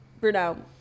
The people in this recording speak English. Bruno